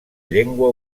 llengua